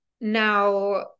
Now